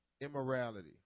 immorality